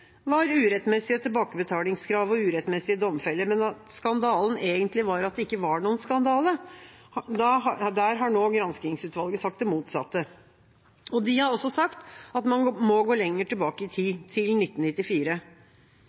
var urettmessige tilbakebetalingskrav og urettmessige domfellelser, men at skandalen egentlig var at det ikke var noen skandale, har nå granskingsutvalget sagt det motsatte. De har også sagt at man må gå lenger tilbake i tid, til 1994.